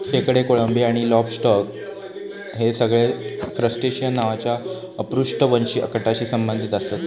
खेकडे, कोळंबी आणि लॉबस्टर हे सगळे क्रस्टेशिअन नावाच्या अपृष्ठवंशी गटाशी संबंधित आसत